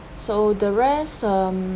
so the rest um